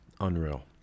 Unreal